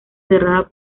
cerrada